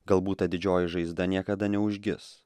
galbūt ta didžioji žaizda niekada neužgis